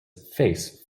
face